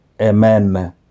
Amen